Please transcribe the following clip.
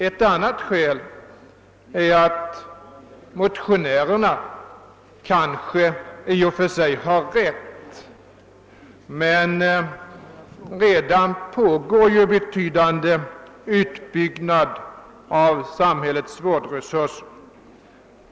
Ett annat skäl är att motionärerna kanske i och för sig har rätt men att en betydande utbyggnad av samhällets vårdresurser ju pågår.